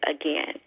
again